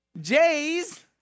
J's